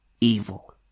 evil